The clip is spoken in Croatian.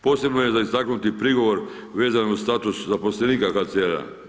Posebno je za istaknuti prigovor vezano uz status zaposlenika HCR-a.